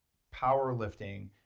power lifting,